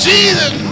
Jesus